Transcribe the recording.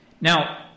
Now